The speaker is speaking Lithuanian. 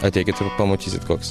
ateikit ir pamatysit koks